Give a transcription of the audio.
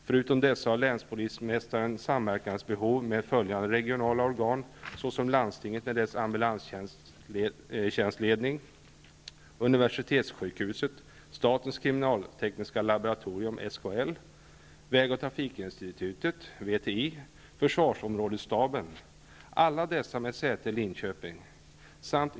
Förutom dessa har länspolismästaren samverkansbehov med följande regionala organ: landstinget med dess ambulanstjänstledning, universitetssjukhuset, statens kriminaltekniska laboratorium , väg och trafikinstitutet och försvarsområdesstaben, alla dessa med säte i Linköping.